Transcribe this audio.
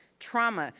trauma,